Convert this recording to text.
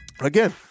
again